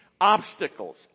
obstacles